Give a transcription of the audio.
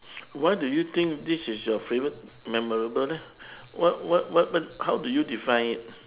why do you think this is your favourite memorable leh what what what what how do you defined it